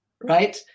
right